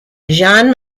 jean